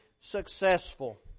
successful